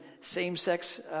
same-sex